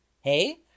hey